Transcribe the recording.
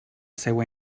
seua